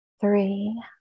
three